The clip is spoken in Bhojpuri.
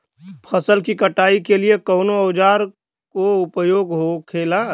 फसल की कटाई के लिए कवने औजार को उपयोग हो खेला?